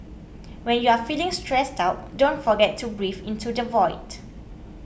when you are feeling stressed out don't forget to breathe into the void